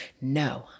no